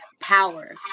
power